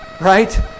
Right